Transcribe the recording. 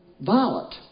violent